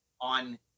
on